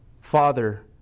Father